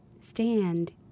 Stand